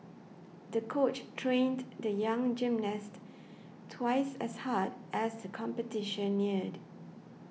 the coach trained the young gymnast twice as hard as the competition neared